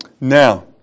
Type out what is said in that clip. now